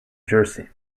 jersey